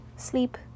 sleep